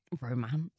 romance